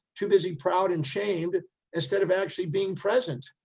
too busy, proud, and shamed instead of actually being present.